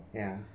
ya